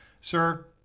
Sir